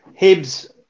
Hibs